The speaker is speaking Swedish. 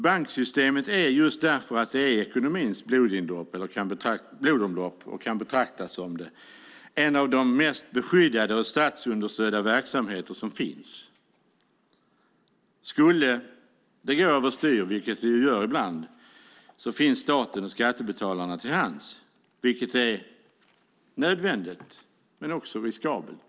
Banksystemet är, just därför att det kan betraktas som ekonomins blodomlopp, en av de mest beskyddade och statsunderstödda verksamheter som finns. Skulle det gå över styr, vilket det gör ibland, finns staten och skattebetalarna till hands. Det är nödvändigt men på samma gång riskabelt.